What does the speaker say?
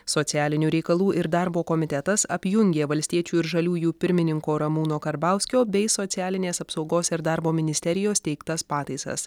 socialinių reikalų ir darbo komitetas apjungė valstiečių ir žaliųjų pirmininko ramūno karbauskio bei socialinės apsaugos ir darbo ministerijos teiktas pataisas